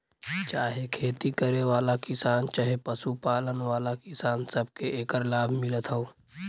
चाहे खेती करे वाला किसान चहे पशु पालन वाला किसान, सबके एकर लाभ मिलत हौ